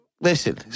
Listen